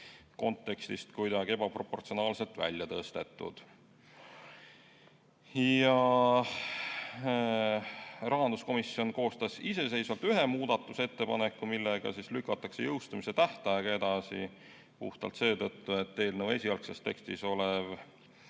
kontekstist kuidagi ebaproportsionaalselt välja tõstetud. Rahanduskomisjon koostas iseseisvalt ühe muudatusettepaneku, millega lükatakse jõustumise tähtaega edasi. Seda puhtalt seetõttu, et eelnõu esialgses tekstis olev